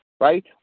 right